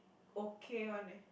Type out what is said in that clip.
okay one eh